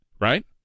Right